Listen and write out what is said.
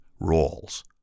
rolls